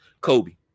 Kobe